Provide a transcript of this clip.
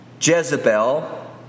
Jezebel